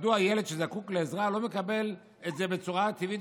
מדוע הילד שזקוק לעזרה לא מקבל את זה בצורה הטבעית